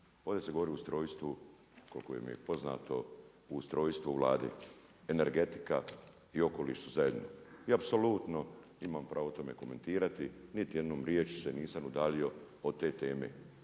Ovdje se govori o ustrojstvu koliko mi je poznato ustrojstvo vlade, energetika i okoliš su zajedno i apsolutno imam pravo tome komentirati. Niti jednom riječju se nisam udaljio od te teme.